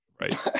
Right